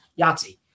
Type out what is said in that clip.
Yahtzee